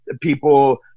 people